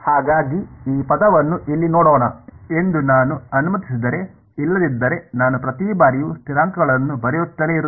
ಹಾಗಾಗಿ ಈ ಪದವನ್ನು ಇಲ್ಲಿ ನೋಡೋಣ ಎಂದು ನಾನು ಅನುಮತಿಸಿದರೆ ಇಲ್ಲದಿದ್ದರೆ ನಾನು ಪ್ರತಿ ಬಾರಿಯೂ ಸ್ಥಿರಾಂಕಗಳನ್ನು ಬರೆಯುತ್ತಲೇ ಇರುತ್ತೇನೆ